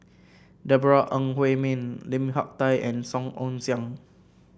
Deborah Ong Hui Min Lim Hak Tai and Song Ong Siang